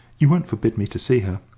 you won't forbid me to see her?